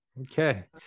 Okay